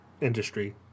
industry